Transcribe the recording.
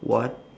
what